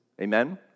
Amen